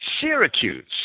Syracuse